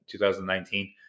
2019